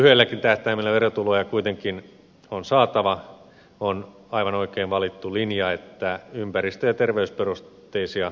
kun lyhyelläkin tähtäimellä verotuloja kuitenkin on saatava on aivan oikein valittu linja että ympäristö ja terveysperusteisia veroja korotetaan